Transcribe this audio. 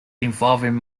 involving